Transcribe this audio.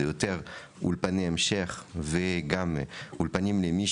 זה יותר אולפני המשך וגם אולפנים למי